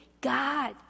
God